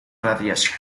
radiación